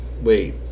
Wait